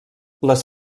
les